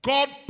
God